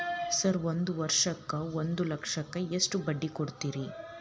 Sir ಒಂದು ವರ್ಷಕ್ಕ ಒಂದು ಲಕ್ಷಕ್ಕ ಎಷ್ಟು ಬಡ್ಡಿ ಕೊಡ್ತೇರಿ?